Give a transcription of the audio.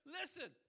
listen